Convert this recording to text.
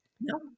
No